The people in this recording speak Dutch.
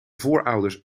voorouders